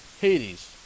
Hades